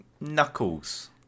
knuckles